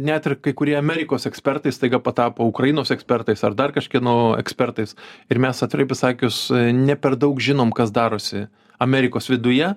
net ir kai kurie amerikos ekspertai staiga patapo ukrainos ekspertais ar dar kažkieno ekspertais ir mes atvirai pasakius ne per daug žinom kas darosi amerikos viduje